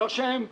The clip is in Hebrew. לא שהם פטורים.